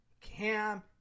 Cam